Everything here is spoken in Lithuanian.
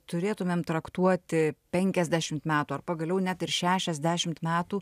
turėtumėm traktuoti penkiasdešimt metų ar pagaliau net ir šešiasdešimt metų